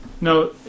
No